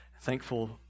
thankful